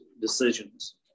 decisions